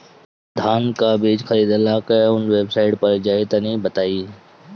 धान का बीज खरीदे ला काउन वेबसाइट पर जाए के होई तनि बताई?